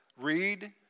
read